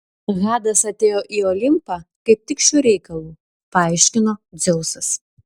hadas atėjo į olimpą kaip tik šiuo reikalu paaiškino dzeusas